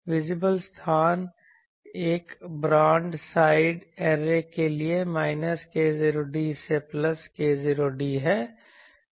visible स्थान एक broadside array के लिए माइनस k0d से प्लस k0d है